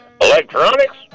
Electronics